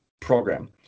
program